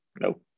No